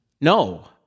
no